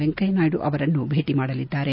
ವೆಂಕಯ್ತ ನಾಯ್ನು ಅವರನ್ನೂ ಭೇಟಿ ಮಾಡಲಿದ್ದಾರೆ